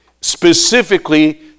specifically